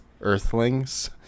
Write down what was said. earthlings